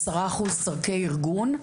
עשרה אחוז סרקי ארגון,